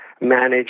manage